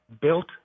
built